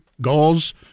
goals